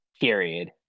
period